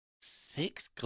Six